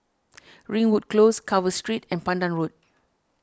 Ringwood close Carver Street and Pandan Road